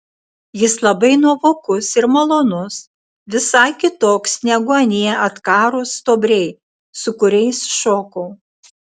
jis labai nuovokus ir malonus visai kitoks negu anie atkarūs stuobriai su kuriais šokau